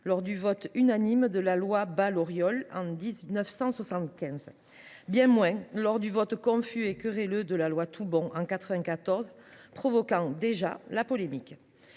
lors du vote unanime de la loi dite Bas Lauriol, en 1975. Ce le fut bien moins lors du vote confus et querelleur de la loi Toubon, en 1994, qui provoquait déjà la polémique.